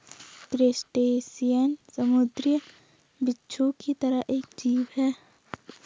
crustacean समुंद्री बिच्छू की तरह एक जीव है